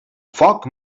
foc